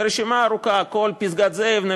והרשימה ארוכה: כל פסגת-זאב,